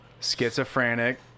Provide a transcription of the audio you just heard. schizophrenic